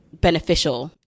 beneficial